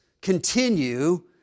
continue